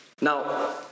Now